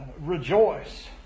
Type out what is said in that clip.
rejoice